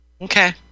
Okay